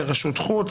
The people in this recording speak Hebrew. לרשות חוץ,